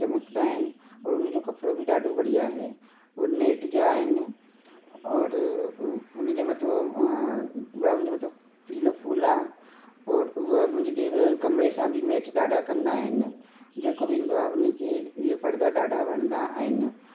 चिमिकंदा आहिनि और उनि जो कपिड़ो बि ॾाढो बढ़िया आहे उहे नैट जा आहिनि और उनजे मथो ब्राउन जे मथो पीलो फूल आहे और उहे मुंहिंजी दी कमरे सां बि मैच ॾाढा कंदा आहिनि जेको बि ईंदो आहे उनखे ये पर्दा ॾाढा वणंदा आहिनि